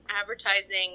advertising